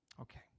Okay